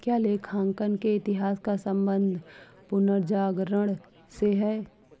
क्या लेखांकन के इतिहास का संबंध पुनर्जागरण से है?